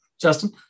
Justin